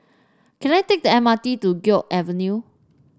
can I take the M R T to Guok Avenue